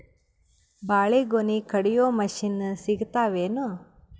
ಬಾಳಿಗೊನಿ ಕಡಿಯು ಮಷಿನ್ ಸಿಗತವೇನು?